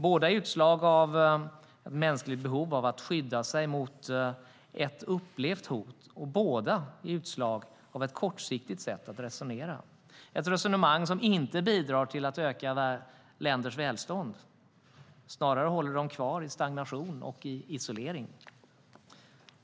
Båda är utslag av ett mänskligt behov av att skydda sig mot ett upplevt hot, och båda är utslag av ett kortsiktigt sätt att resonera. Det är ett resonemang som inte bidrar till att öka länders välstånd utan snarare håller dem kvar i stagnation och isolering.